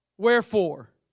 Wherefore